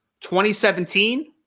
2017